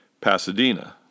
Pasadena